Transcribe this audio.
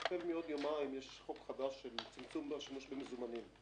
החל מעוד יומיים יש חוק חדש של צמצום השימוש במזומנים,